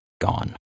gone